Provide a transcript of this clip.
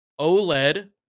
OLED